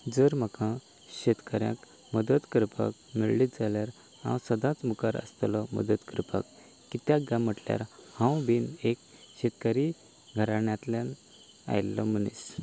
जर म्हाका शेतकाऱ्यांक मदत करपाक मेळ्ळीच जाल्यार हांव सदांच मुखार आसतलो मदत करपाक कित्याक काय म्हणल्यार हांव बी एक शेतकरी घराण्यांतल्यान आयिल्लो मनीस